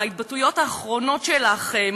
ההתבטאויות האחרונות שלך,